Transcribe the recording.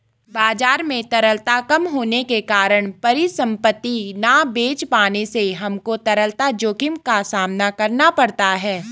बाजार में तरलता कम होने के कारण परिसंपत्ति ना बेच पाने से हमको तरलता जोखिम का सामना करना पड़ता है